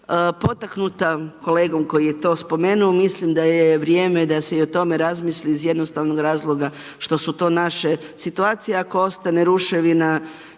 potaknuta kolegom koji je to spomenuo, mislim da je vrijeme da se i o tome razmisli iz jednostavnog razloga što su to naše situacije, ako ostane ruševina